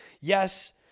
yes